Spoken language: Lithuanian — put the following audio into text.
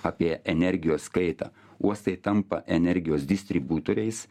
apie energijos kaitą uostai tampa energijos distributoriais